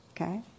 okay